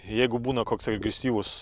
jeigu būna koks agresyvus